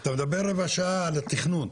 אתה מדבר רבע שעה על התכנון.